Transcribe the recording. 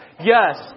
Yes